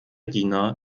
diener